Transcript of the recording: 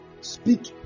speak